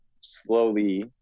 slowly